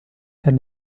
per